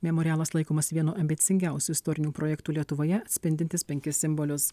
memorialas laikomas vienu ambicingiausių istorinių projektų lietuvoje atspindintis penkis simbolius